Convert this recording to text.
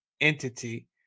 entity